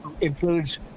includes